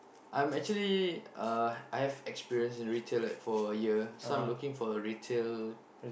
I'm actually uh I have experience in retail like for a year so I'm looking for a retail